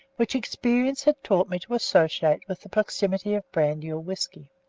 which experience had taught me to associate with the proximity of brandy or whisky.